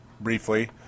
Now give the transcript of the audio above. briefly